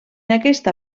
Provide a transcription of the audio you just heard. aquesta